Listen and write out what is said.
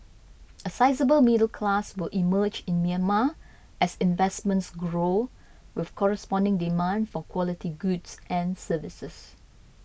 a sizeable middle class will emerge in Myanmar as investments grow with corresponding demand for quality goods and services